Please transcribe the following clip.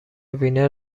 وینر